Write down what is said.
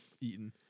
eaten